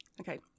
Okay